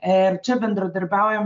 ir čia bendradarbiaujam